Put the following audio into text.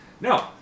No